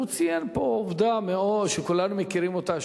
הוא ציין פה עובדה שכולנו מכירים אותה,